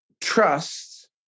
trust